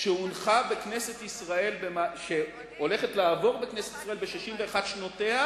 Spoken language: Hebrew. שהולכת לעבור בכנסת ישראל ב-61 שנותיה,